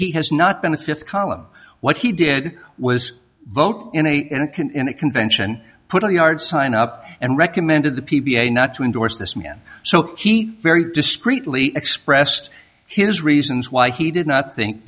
he has not been a fifth column what he did was vote in eight and a convention put a yard sign up and recommended the p p a not to endorse this man so he very discreetly expressed his reasons why he did not think